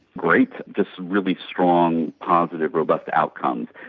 great, just really strong, positive, robust outcomes.